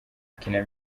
kina